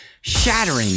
shattering